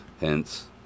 hence